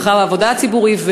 למרחב העבודה הציבורי,